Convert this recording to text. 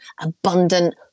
abundant